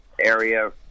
area